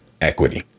equity